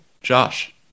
Josh